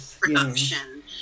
production